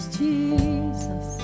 jesus